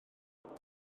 faint